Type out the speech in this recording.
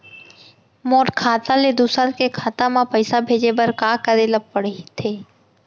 मोर खाता ले दूसर के खाता म पइसा भेजे बर का करेल पढ़थे?